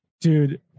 Dude